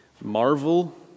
marvel